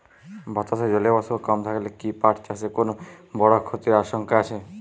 বাতাসে জলীয় বাষ্প কম থাকলে কি পাট চাষে কোনো বড় ক্ষতির আশঙ্কা আছে?